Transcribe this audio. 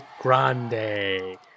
Grande